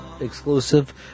exclusive